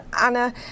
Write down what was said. Anna